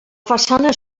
façana